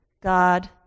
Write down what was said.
God